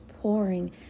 pouring